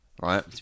right